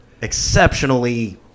exceptionally